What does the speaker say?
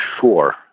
sure